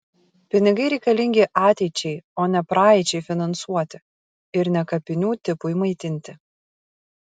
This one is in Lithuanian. pinigai reikalingi ateičiai o ne praeičiai finansuoti ir ne kapinių tipui maitinti